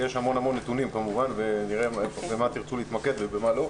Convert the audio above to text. כי יש המון נתונים כמובן ונראה במה תרצו להתמקד ובמה לא,